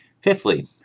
Fifthly